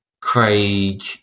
Craig